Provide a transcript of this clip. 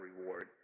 reward